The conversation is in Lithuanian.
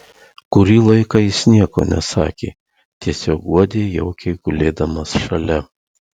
kurį laiką jis nieko nesakė tiesiog guodė jaukiai gulėdamas šalia